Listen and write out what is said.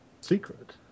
secret